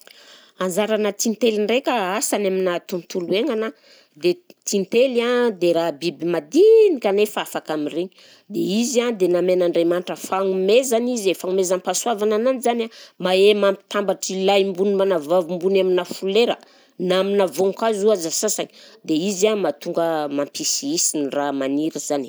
Anzaranà tintely ndraika asany aminà tontolo iaignana, de tintely a dia raha biby madinika kanefa afaka mireny, dia izy a dia namen'Andriamanitra fagnomezana izy, fagnomezam-pahasoavana ananjy zany a mahay mampitambatra i lahim-bony mbanà vavim-bony aminà folera na aminà voankazo aza sasany dia izy a mahatonga mampisiisy ny raha maniry zany.